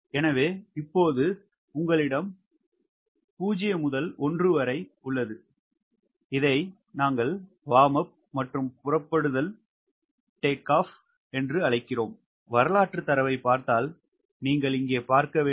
எனவே இப்போது உங்களிடம் 0 முதல் 1 வரை உள்ளது இதை நாங்கள் வார்ம் அப் மற்றும் புறப்படுதல் பிரிவு என்று அழைக்கிறோம் வரலாற்றுத் தரவைப் பார்த்தால் நீங்கள் இங்கே பார்க்க வேண்டும்